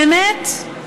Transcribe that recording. באמת,